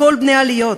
לכל בני העליות,